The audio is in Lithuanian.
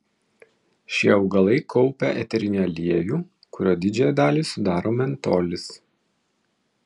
šie augalai kaupia eterinį aliejų kurio didžiąją dalį sudaro mentolis